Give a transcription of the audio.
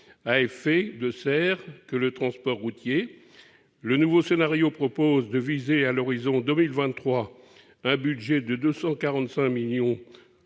à effet de serre que le transport routier. Le nouveau scénario propose de viser à l'horizon de 2023 un budget de 245 millions